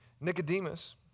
Nicodemus